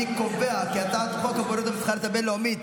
אני קובע כי הצעת חוק הבוררות המסחרית הבין-לאומית,